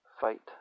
fight